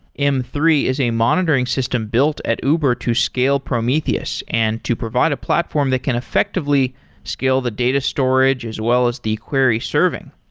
m three is a monitoring system built at uber to scale prometheus and to provide a platform that can effectively scale the data storage as well as the query serving.